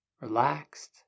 Relaxed